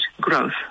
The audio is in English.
growth